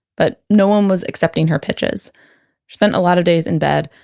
but no one was accepting her pitches she spent a lot of days in bed,